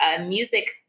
music